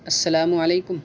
السلام علیکم